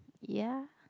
ya